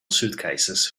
suitcases